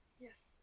Yes